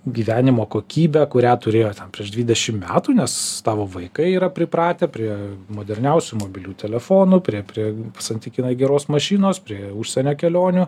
gyvenimo kokybę kurią turėjo ten prieš dvidešim metų nes tavo vaikai yra pripratę prie moderniausių mobilių telefonų prie prie santykinai geros mašinos prie užsienio kelionių